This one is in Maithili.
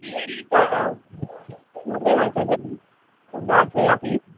की लेली तब मुरलीगञ्ज से सुबिधा छै अपनेके